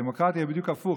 דמוקרטיה היא בדיוק הפוך,